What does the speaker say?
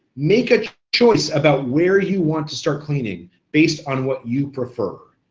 make a choice about where you want to start cleaning based on what you prefer.